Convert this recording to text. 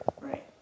Right